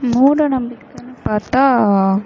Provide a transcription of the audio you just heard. மூட நம்பிக்கைன்னு பார்த்தா